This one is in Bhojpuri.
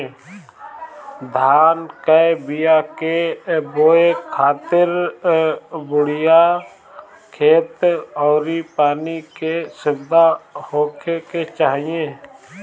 धान कअ बिया के बोए खातिर बढ़िया खेत अउरी पानी के सुविधा होखे के चाही